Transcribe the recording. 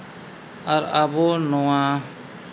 ᱟᱨ ᱟᱵᱚ ᱱᱚᱣᱟ